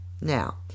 Now